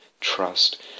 trust